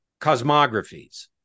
cosmographies